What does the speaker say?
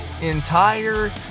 entire